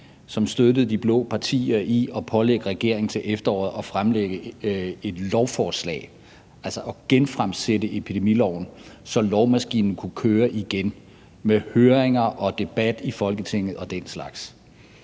som støttede de blå partier i at pålægge regeringen til efteråret at fremsætte et lovforslag, altså at genfremsætte epidemiloven, så lovmaskinen kunne køre igen med høringer og debat i Folketinget og den slags.